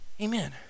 Amen